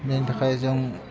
बेनि थाखाय जों